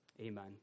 Amen